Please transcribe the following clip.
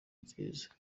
nziza